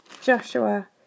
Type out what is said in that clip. Joshua